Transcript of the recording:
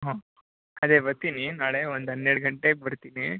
ಹಾಂ ಅದೇ ಬರ್ತೀನಿ ನಾಳೆ ಒಂದು ಹನ್ನೆರಡು ಗಂಟೆಗೆ ಬರ್ತೀನಿ